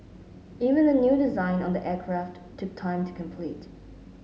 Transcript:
even the new design on the aircraft took time to complete